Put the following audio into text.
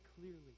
clearly